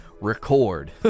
Record